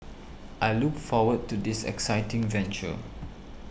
I look forward to this exciting venture